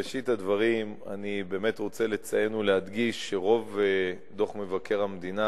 בראשית הדברים אני רוצה לציין ולהדגיש שרוב דוח מבקר המדינה